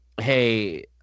hey